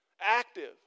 Active